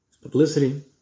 publicity